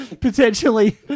potentially